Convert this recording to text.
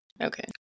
Okay